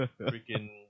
freaking